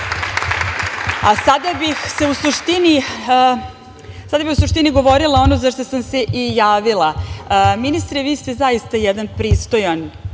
bih se u suštini, govorila ono za šta sam se i javila. Ministre vi ste zaista jedan pristojan